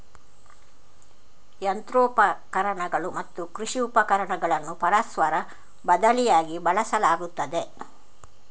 ಯಂತ್ರೋಪಕರಣಗಳು ಮತ್ತು ಕೃಷಿ ಉಪಕರಣಗಳನ್ನು ಪರಸ್ಪರ ಬದಲಿಯಾಗಿ ಬಳಸಲಾಗುತ್ತದೆ